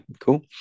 Cool